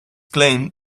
claim